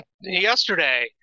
yesterday –